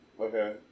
Okay